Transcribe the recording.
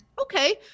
Okay